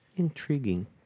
intriguing